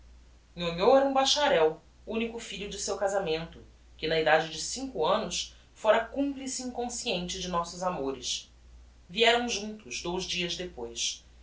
nhonhô nhonhô era um bacharel unico filho de seu casamento que na edade de cinco annos fôra complice inconsciente de nossos amores vieram juntos dous dias depois